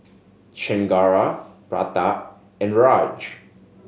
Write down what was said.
Chengara Pratap and Raj